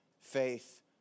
faith